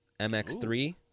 mx3